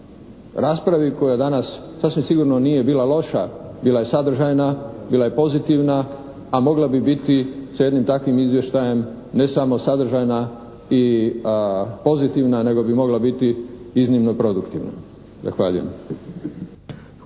raspravi koja danas sasvim sigurno nije bila loša. Bila je sadržajna, bila je pozitivna a mogla bi biti sa jednim takvim izvještajem ne samo sadržajna i pozitivna nego bi mogla biti iznimno produktivna. Zahvaljujem.